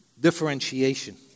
differentiation